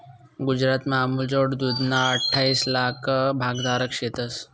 गुजरातमा अमूलजोडे दूधना अठ्ठाईस लाक भागधारक शेतंस